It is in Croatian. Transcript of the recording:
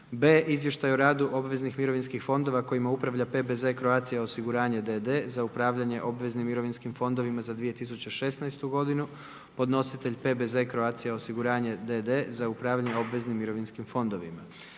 b) Izvještaj o radu obveznih mirovinskih fondova kojima upravlja PBZ Croatia osiguranje d.d. Za upravljanje obveznim mirovinskim fondovima za 2016. godinu, podnositelj je PBZ Croatia osiguranje d.d. za upravljanje obveznim mirovinskim fondovima.